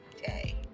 day